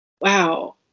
wow